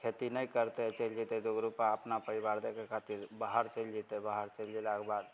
खेती नहि करतइ चलि जेतय दू गो रूपा अपना परिवार खातिर बाहर चलि जेतइ बाहर चलि गेलाके बाद